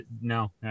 No